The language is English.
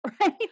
right